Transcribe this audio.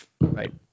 Right